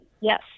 Yes